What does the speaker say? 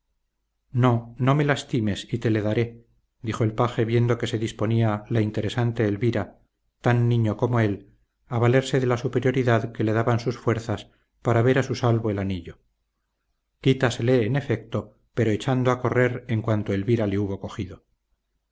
no no me lastimes y te le daré dijo el paje viendo que se disponía la interesante elvira tan niño como él a valerse de la superioridad que le daban sus fuerzas para ver a su salvo el anillo quitásele en efecto pero echando a correr en cuanto elvira le hubo cogido